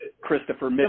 Christopher